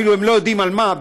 אפילו אם הם לא יודעים על מה,